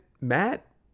Matt